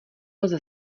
lze